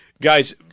Guys